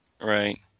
Right